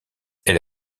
elle